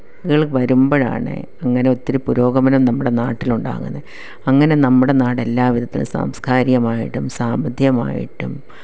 കൾ വരുമ്പോഴാണ് ഇങ്ങനെ ഒത്തിരി പുരോഗമനം നമ്മുടെ നാട്ടിലുണ്ടാകുന്നത് അങ്ങനെ നമ്മുടെ നാട് എല്ലാവിധത്തിലും സാംസ്കാരികമായിട്ടും സാമ്പത്തികമായിട്ടും